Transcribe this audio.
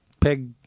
pig